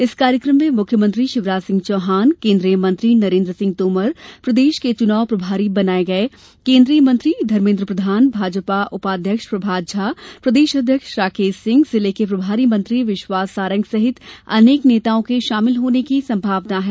इस कार्यक्रम में मुख्यमंत्री शिवराज सिंह चौहान केंद्रीय मंत्री नरेन्द्र सिंह तोमर प्रदेश के चुनाव प्रभारी बनाए गए केंद्रीय मंत्री धर्मेन्द्र प्रधान भाजपा उपाध्यक्ष प्रभात झा प्रदेश अध्यक्ष राकेश सिंह जिले के प्रभारी मंत्री विश्वास सारंग सहित अनेक नेताओं के शामिल होने की संभावना है